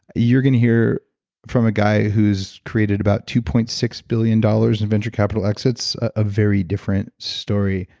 you're going to hear from a guy who's created about two point six billion dollars in venture capital exits, a very different story.